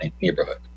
neighborhood